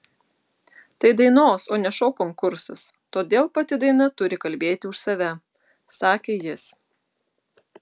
tai dainos o ne šou konkursas todėl pati daina turi kalbėti už save sakė jis